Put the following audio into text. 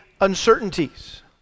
uncertainties